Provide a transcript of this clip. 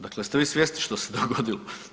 Dakle, jeste vi svjesni što se dogodilo?